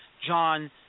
John